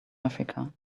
africa